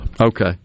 Okay